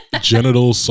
genital